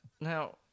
Now